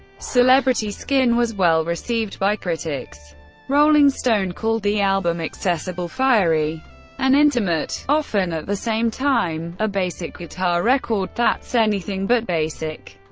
celebrity skin was well received by critics rolling stone called the album accessible, fiery and intimate often at the same time. a basic guitar record that's anything, but basic.